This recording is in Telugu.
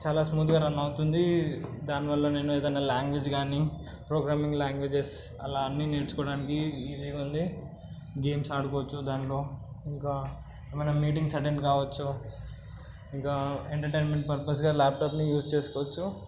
చాలా స్మూత్గా రన్ అవుతుంది దానివల్ల నేను ఏదైనా లాంగ్వేజ్ కానీ ప్రోగ్రామింగ్ లాంగ్వేజెస్ అలా అన్ని నేర్చుకోవడానికి ఈజీగా ఉంది గేమ్స్ ఆడుకోవచ్చు దాంట్లో ఇంకా ఏమన్నా మీటింగ్స్ అటెండ్ కావచ్చు ఇంకా ఎంటర్టైన్మెంట్ పర్పస్కి ల్యాప్టాప్ని యూస్ చేసుకోవచ్చు